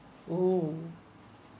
!wow!